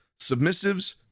submissives